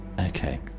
Okay